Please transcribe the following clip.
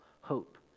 hope